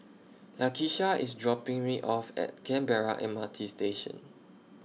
Lakisha IS dropping Me off At Canberra M R T Station